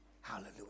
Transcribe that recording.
hallelujah